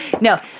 No